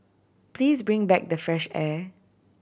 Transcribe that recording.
please bring back the fresh air